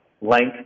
length